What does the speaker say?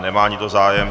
Nemá nikdo zájem.